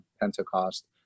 pentecost